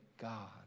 God